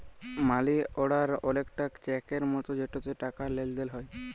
মালি order অলেকটা চ্যাকের মতো যেটতে টাকার লেলদেল হ্যয়